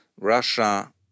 Russia